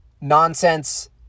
nonsense